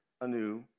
anew